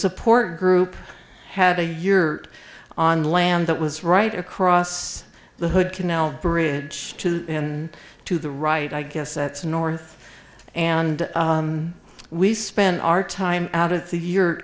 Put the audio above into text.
support group had a year on land that was right across the hood canal bridge and to the right i guess that's north and we spent our time out at the y